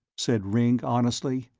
said ringg honestly,